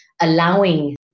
allowing